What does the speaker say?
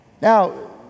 Now